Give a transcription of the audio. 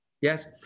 Yes